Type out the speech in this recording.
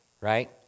right